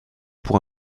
pour